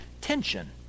tension